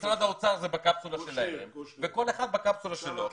ומשרד האוצר בקפסולה שלו וכל אחד בקפסולה שלו.